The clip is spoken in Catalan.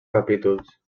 capítols